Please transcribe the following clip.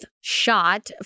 shot